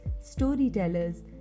storytellers